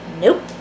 Nope